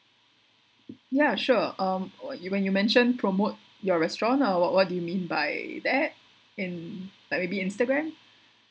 ya sure um uh you when you mention promote your restaurant ah what what do you mean by that in like maybe instagram